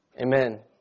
Amen